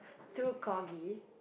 two corgis